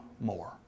more